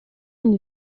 une